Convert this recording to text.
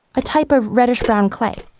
a type of reddish brown clay.